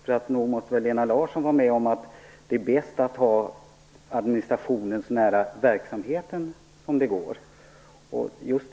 Nog måste Lena Larsson hålla med om att det är bäst att ha administrationen så nära verksamheten som möjligt?